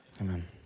Amen